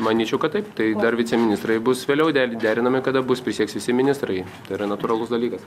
manyčiau kad taip tai dar viceministrai bus vėliau der derinami kada bus prisieks visi ministrai tai yra natūralus dalykas